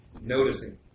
noticing